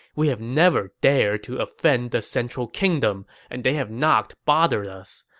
we have never dared to offend the central kingdom, and they have not bothered us.